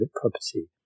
property